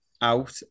out